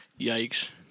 Yikes